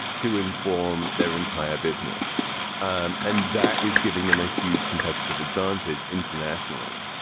to inform their entire business um and that is giving them a huge competitive advantage internationally.